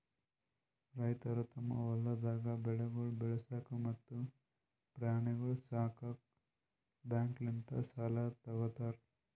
ರೈತುರು ತಮ್ ಹೊಲ್ದಾಗ್ ಬೆಳೆಗೊಳ್ ಬೆಳಸಾಕ್ ಮತ್ತ ಪ್ರಾಣಿಗೊಳ್ ಸಾಕುಕ್ ಬ್ಯಾಂಕ್ಲಿಂತ್ ಸಾಲ ತೊ ಗೋತಾರ್